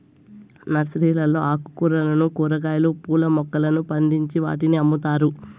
నర్సరీలలో ఆకుకూరలను, కూరగాయలు, పూల మొక్కలను పండించి వాటిని అమ్ముతారు